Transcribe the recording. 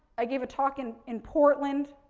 i gave a talk in in portland,